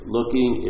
Looking